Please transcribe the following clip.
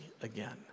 again